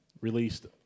released